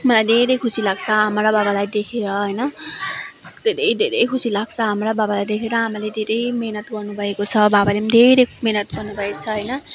मलाई धेरै खुसी लाग्छ आमा र बाबालाई देखेर होइन धेरै धेरै खुसी लाग्छ आमा र बाबालाई देखेर आमाले धेरै मेहनत गर्नुभएको छ बाबाले पनि धेरै मेहनत गर्नुभएको छ होइन